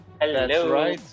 Hello